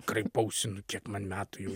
kraipausi nu kiek man metų jau